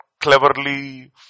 cleverly